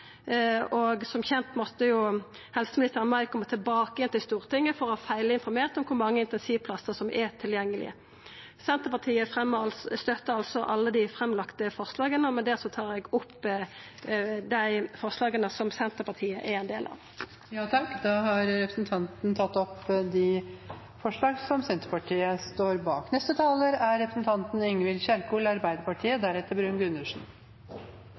Som kjent måtte jo helseministeren i mai koma tilbake til Stortinget etter å ha feilinformert om kor mange intensivplassar som er tilgjengelege. Senterpartiet støttar altså alle dei framlagte forslaga, og med det tar eg opp dei forslaga som Senterpartiet er ein del av. Da har representanten Kjersti Toppe tatt opp